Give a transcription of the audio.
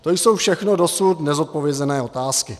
To jsou všechno dosud nezodpovězené otázky.